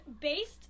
based